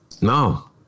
no